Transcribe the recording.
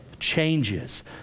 changes